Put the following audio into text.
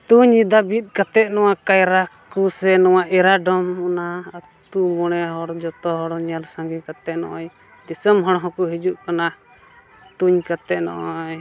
ᱛᱩᱧ ᱮᱫᱟ ᱵᱤᱫ ᱠᱟᱛᱮᱫ ᱱᱚᱣᱟ ᱠᱟᱭᱨᱟ ᱠᱚ ᱥᱮ ᱮᱨᱟᱰᱚᱢ ᱚᱱᱟ ᱟᱛᱳ ᱢᱚᱬᱮ ᱦᱚᱲ ᱡᱚᱛᱚ ᱦᱚᱲ ᱧᱮᱞ ᱥᱟᱸᱜᱮ ᱠᱟᱛᱮᱫ ᱱᱚᱜᱼᱚᱭ ᱫᱤᱥᱚᱢ ᱦᱚᱲ ᱦᱚᱸᱠᱚ ᱦᱤᱡᱩᱜ ᱠᱟᱱᱟ ᱛᱩᱧ ᱠᱟᱛᱮᱫ ᱱᱚᱜᱼᱚᱭ